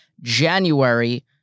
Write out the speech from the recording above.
January